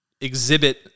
exhibit